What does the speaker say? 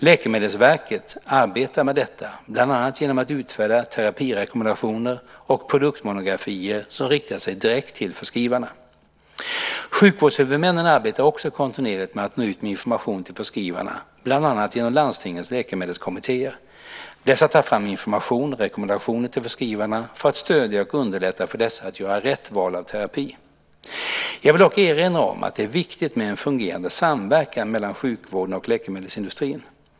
Läkemedelsverket arbetar med detta bland annat genom att utfärda terapirekommendationer och produktmonografier som riktar sig direkt till förskrivarna. Sjukvårdshuvudmännen arbetar också kontinuerligt med att nå ut med information till förskrivarna bland annat genom landstingens läkemedelskommittéer. Dessa tar fram information och rekommendationer till förskrivarna för att stödja och underlätta för dessa att göra rätt val av terapi. Jag vill dock erinra om att det är viktigt med en fungerande samverkan mellan sjukvården och läkemedelsindustrin.